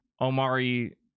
Omari